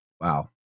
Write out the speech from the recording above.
Wow